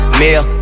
meal